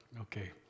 okay